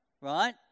right